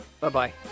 Bye-bye